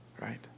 right